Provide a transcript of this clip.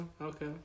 Okay